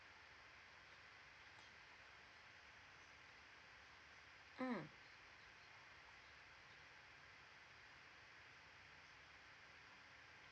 mm